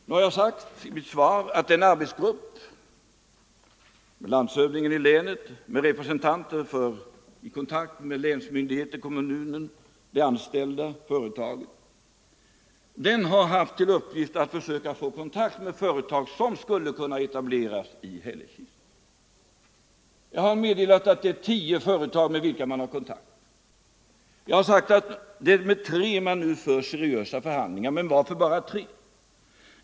Jag har sagt i mitt svar att en arbetsgrupp under landshövdingen i länet i kontakt med länsmyndigheter, kommunen, de anställda och olika företag har haft till uppgift att försöka hitta företag som skulle kunna etablera sig i Hällekis. Jag har meddelat att det är tio företag med vilka man har kontakt och att det är tre med vilka man nu för seriösa förhandlingar. Men varför bara tre?